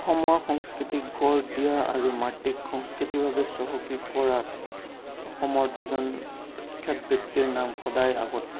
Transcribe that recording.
অসমৰ সংস্কৃতিক গঢ় দিয়া আৰু মাতৃক সংস্কৃতিভাৱে বাবে চহকী কৰাত অসমৰ দুজন বিখ্যাত ব্যক্তিৰ নাম সদায় আগত থাকে